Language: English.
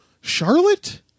Charlotte